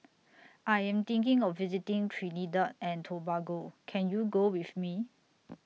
I Am thinking of visiting Trinidad and Tobago Can YOU Go with Me